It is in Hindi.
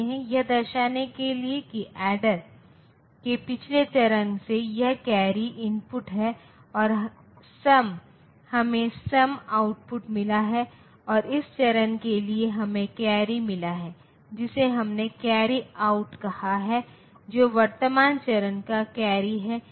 यह दर्शाने के लिए कि एडेर के पिछले चरण से यह कैरी इनपुट है और सम हमें सम आउटपुट मिला है और इस चरण के लिए हमें कैरी मिला है जिसे हमने कैरी आउट कहा है जो वर्तमान चरण का कैरी है इसलिए यह फुल एडर है